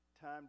time